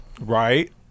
Right